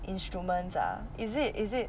instruments ah is it is it